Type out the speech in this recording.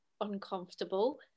uncomfortable